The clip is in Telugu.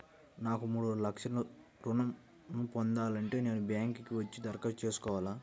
నాకు మూడు లక్షలు ఋణం ను పొందాలంటే నేను బ్యాంక్కి వచ్చి దరఖాస్తు చేసుకోవాలా?